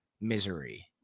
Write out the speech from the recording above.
misery